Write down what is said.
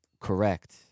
Correct